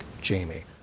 Jamie